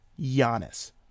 Giannis